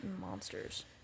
monsters